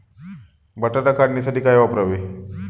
बटाटा काढणीसाठी काय वापरावे?